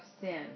sin